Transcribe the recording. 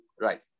Right